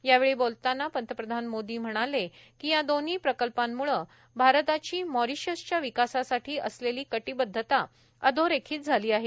यावेळी बोलतांना पंतप्रधान मोदी म्हणाले कि या दोन्ही प्रकल्पांमुळे भारताची मॉरीशसच्या विकासासाठी असलेली कटिबदधता अधोरेखीत झाली आहे